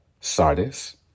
Sardis